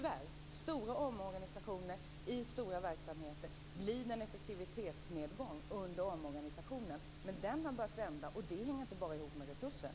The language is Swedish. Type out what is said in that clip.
Med stora omorganisationer i stora verksamheter blir det tyvärr en effektivitetsnedgång under omorganisationen. Men det har börjat vända, och det hänger inte bara ihop med resurserna.